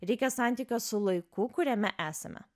reikia santykio su laiku kuriame esame